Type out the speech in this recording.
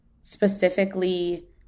specifically